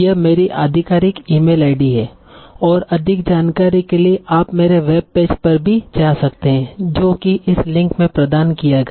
यह मेरी आधिकारिक ईमेल आईडी है और अधिक जानकारी के लिए आप मेरे वेब पेज पर भी जा सकते हैं जो की इस लिंक में प्रदान किया गया